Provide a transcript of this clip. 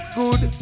good